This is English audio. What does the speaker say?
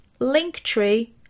Linktree